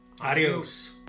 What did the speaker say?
Adios